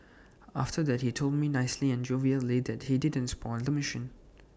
after that he told me nicely and jovially that he didn't spoil the machine